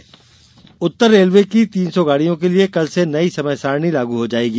rail समय सारणी उत्तर रेलवे की तीन सौ गाड़ियों के लिए कल से नई समय सारणी लागू हो जायेगी